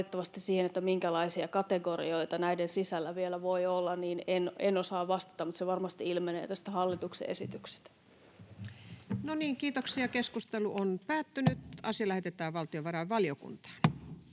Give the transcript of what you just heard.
valitettavasti siihen, minkälaisia kategorioita näiden sisällä vielä voi olla, en osaa vastata, mutta se varmasti ilmenee tästä hallituksen esityksestä. Lähetekeskustelua varten esitellään päiväjärjestyksen